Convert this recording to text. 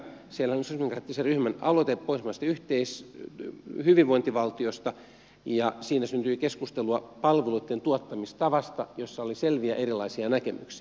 siellähän oli sosialidemokraattisen ryhmän aloite pohjoismaisesta hyvinvointivaltiosta ja siinä syntyi keskustelua palveluitten tuottamistavasta jossa oli selviä erilaisia näkemyksiä